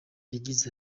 yagize